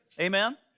Amen